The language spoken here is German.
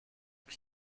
wie